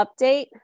update